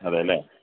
അതെ അല്ലെ